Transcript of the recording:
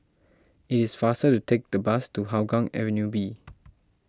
it is faster to take the bus to Hougang Avenue B